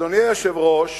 אדוני היושב-ראש,